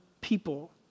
people